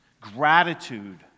gratitude